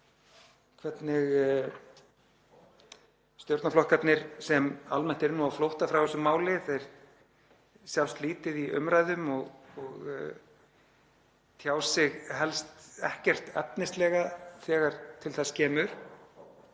hvernig stjórnarflokkarnir, sem almennt eru á flótta frá þessu máli, sjást lítið í umræðum og tjá sig helst ekkert efnislega þegar til þess kemur,